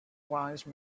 wise